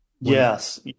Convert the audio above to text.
Yes